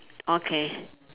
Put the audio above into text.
okay